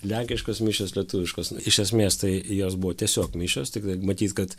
lenkiškos mišios lietuviškos na iš esmės tai į jos buvo tiesiog mišios tikrai matyt kad